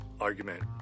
argument